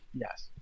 yes